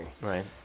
Right